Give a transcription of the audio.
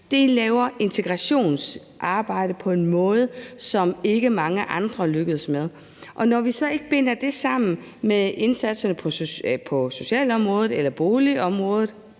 De laver integrationsarbejde på en måde, som ikke mange andre lykkes med. Når vi så ikke binder indsatserne på socialområdet, boligområdet,